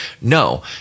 no